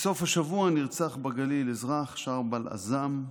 בסוף השבוע נרצח אזרח בגליל, שרבל עזאם,